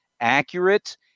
accurate